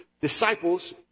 disciples